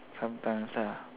sometimes ah